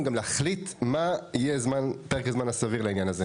להחליט מה יהיה פרק הזמן הסביר לעניין זה.